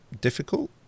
difficult